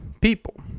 people